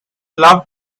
love